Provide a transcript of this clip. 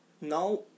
Now